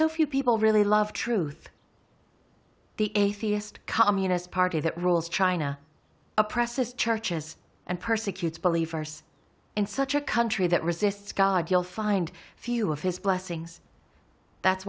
so few people really love truth the atheist communist party that rules china oppresses churches and persecutes believers in such a country that resists god you'll find few of his blessings that